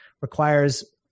requires